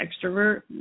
extrovert